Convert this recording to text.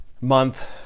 month